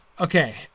Okay